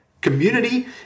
Community